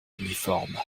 uniformes